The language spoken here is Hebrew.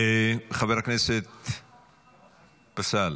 חבר הכנסת פסל,